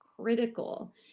critical